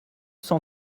cent